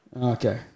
Okay